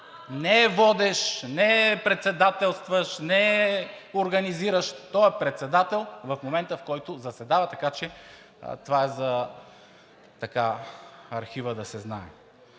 не е водещ, не е председателстващ, не е организиращ, той е председател в момента, в който заседава, така че това е за архива, да се знае.